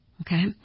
Okay